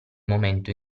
momento